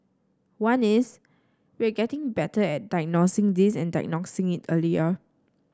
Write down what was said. one is we are getting better at diagnosing this and diagnosing it earlier